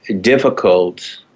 difficult